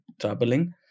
traveling